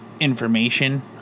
information